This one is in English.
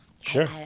Sure